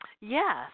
Yes